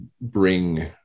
bring